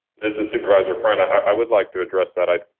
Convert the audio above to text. this is supervisor friend, i i would like to address that i.